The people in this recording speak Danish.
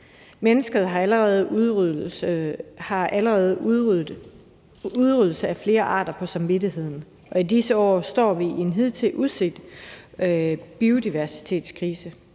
Mennesket har allerede udryddelse af flere arter på samvittigheden, og i disse år står vi i en hidtil uset biodiversitetskrise.